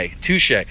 Touche